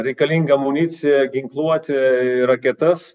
reikalingą amuniciją ginkluotę ir raketas